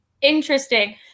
interesting